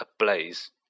ablaze